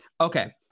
okay